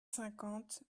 cinquante